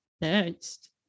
next